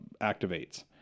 activates